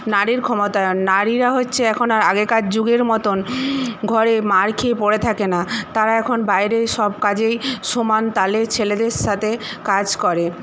নারীর ক্ষমতায়ন নারীরা হচ্ছে এখন আর আগেকার যুগের মতন ঘরে মার খেয়ে পড়ে থাকে না তারা এখন বাইরে সব কাজেই সমান তালে ছেলেদের সাথে কাজ করে